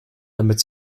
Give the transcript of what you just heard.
damit